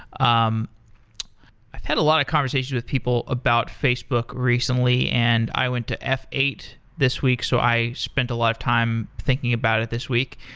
um i had a lot of conversation with people about facebook recently and i went to f eight this week, so i spent a lot of time thinking about it this week.